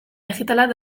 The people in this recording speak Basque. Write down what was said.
digitalak